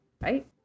right